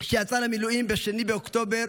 שיצא למילואים ב-8 באוקטובר,